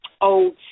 old